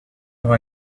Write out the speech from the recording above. how